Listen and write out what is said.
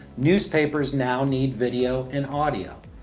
newspapers now need video and audio.